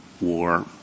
war